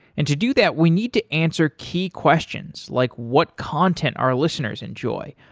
and to do that, we need to answer key questions, like what content our listeners enjoy,